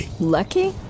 Lucky